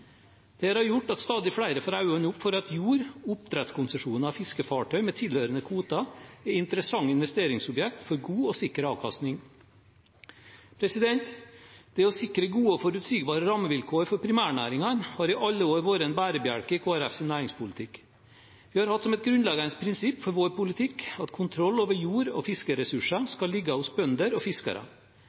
gjort at stadig flere får øynene opp for at jord, oppdrettskonsesjoner og fiskefartøyer med tilhørende kvoter er interessante investeringsobjekter for god og sikker avkastning. Det å sikre gode og forutsigbare rammevilkår for primærnæringene har i alle år vært en bærebjelke i Kristelig Folkepartis næringspolitikk. Vi har hatt som et grunnleggende prinsipp for vår politikk at kontroll over jord og fiskeressurser skal ligge hos bønder og fiskere.